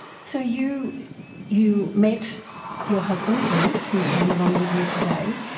so you you met your husband bruce, who came along with you today,